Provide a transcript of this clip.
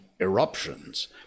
eruptions